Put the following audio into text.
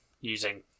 using